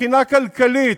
מבחינה כלכלית,